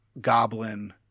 Goblin